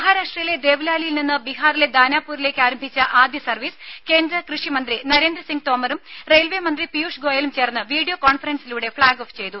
മഹാരാഷ്ട്രയിലെ ദേവ്ലാലിയിൽ നിന്ന് ബിഹാറിലെ ദാനാപൂരിലേക്ക് ആരംഭിച്ച ആദ്യ സർവീസ് കേന്ദ്ര കൃഷി മന്ത്രി നരേന്ദ്രസിങ് തോമറും റെയിൽവേ മന്ത്രി പിയുഷ് ഗോയലും ചേർന്ന് വീഡിയോ കോൺഫറൻസിലൂടെ ഫ്ളാഗ് ഓഫ് ചെയ്തു